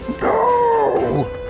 No